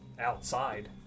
outside